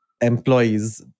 employees